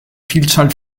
vielzahl